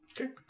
Okay